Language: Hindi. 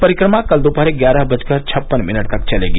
परिक्रमा कल दोपहर ग्यारह बजकर छप्पन मिनट तक चलेगी